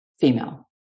female